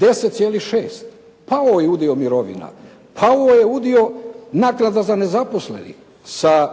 10,6. Pao je udio mirovina, pao je udio naknada za nezaposlene sa